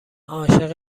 عاشق